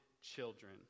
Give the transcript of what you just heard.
children